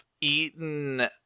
eaten